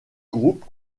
groupe